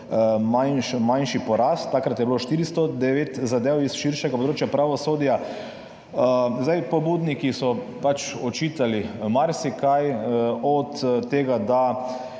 manjši poraz, takrat je bilo 409 zadev s širšega področja pravosodja. Pobudniki so pač očitali marsikaj, od tega, da